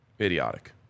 Idiotic